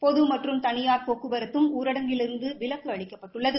பொது மற்றும் தனியார் போக்குவரத்தும் ஊரடங்கிலிருந்து விலக்கு அளிக்கப்பட்டுள்ளது